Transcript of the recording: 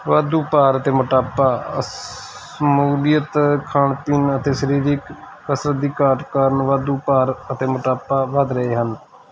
ਵਾਧੂ ਭਾਰ ਅਤੇ ਮੋਟਾਪਾ ਸ਼ਮੂਲੀਅਤ ਖਾਣ ਪੀਣ ਅਤੇ ਸਰੀਰਕ ਕਸਰਤ ਦੀ ਘਾਟ ਕਾਰਨ ਵਾਧੂ ਭਾਰ ਅਤੇ ਮੋਟਾਪਾ ਵੱਧ ਰਹੇ ਹਨ